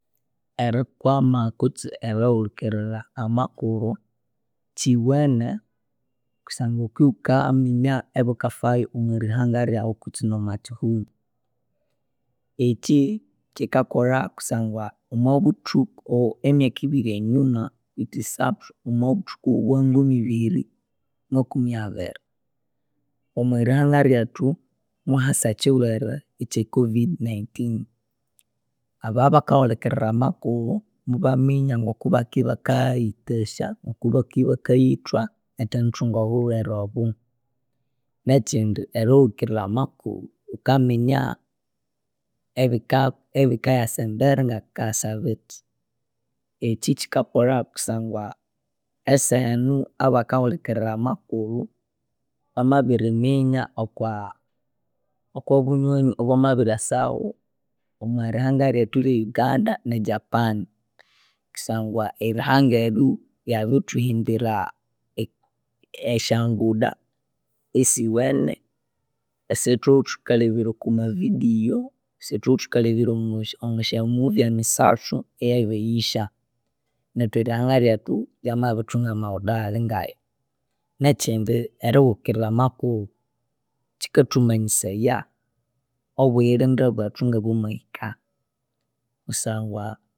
Erikwama kutse erihulikirira amakuru kyiwene kusangwa wukiwukaminya ebikafayo omwarihanga ryawu kutse nomwakyihughu. Ekyi kyikakolha kusangwa omwabuthuko emyaka ibiri enyuma yithisathu mwabuthuku bwa ngumibiri makumi abiri omwarihanga ryethu muhasa ekyilhwere ekye Covid 19\. Ababakahulhikirira amakuru mubaminya ngokubakibakayitasya kubakibakayithwa erithendithunga obulwere obo. Nekyindi erihulikirira amakuru wukaminya ebika ebikayasa embere ngabikayasa bithi. Ekyi kyikakolha kusangwa esehenu abakahulikirira amakuru bamabiriminya okwa okwabunyoni obwamabiryasahu omwarihanga ryethu rye uganda ne japan. Kusangwa erihanga eryu ryabithuhimbira e- esyanguda esiwene esithuthukaleberya okomavideo, esithulwethukaleberya mwasyamovie emisathu eyabeyisya. Nethu erihanga ryethu erihanga ryethu ryamabithunga amawuda awalingayu. Nekyindi erihulikirira amakuru kyikathumanyisaya obuyilinde bwethu ngabwamahikahi kusangwa